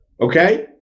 Okay